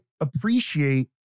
appreciate